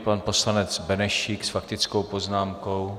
Pan poslanec Benešík s faktickou poznámkou.